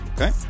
Okay